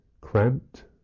cramped